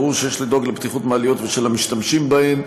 ברור שיש לדאוג לבטיחות מעליות והמשתמשים בהן.